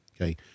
okay